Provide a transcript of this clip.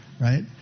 right